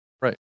Right